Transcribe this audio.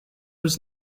was